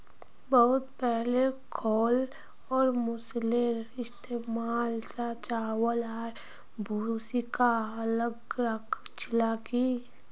बहुत पहले ओखल और मूसलेर इस्तमाल स चावल आर भूसीक अलग राख छिल की